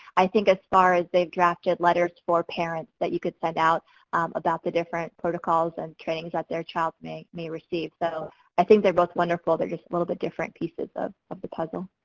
i think as far as they've drafted letters for parents that you can send out about the different protocols and trainings their child may may receive. so, i think they're both wonderful. they're just a little bit different pieces of of the puzzle.